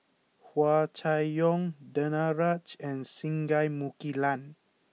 Hua Chai Yong Danaraj and Singai Mukilan